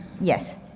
Yes